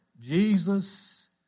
Jesus